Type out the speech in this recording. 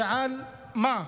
ועל מה?